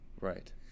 Right